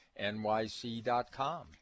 nyc.com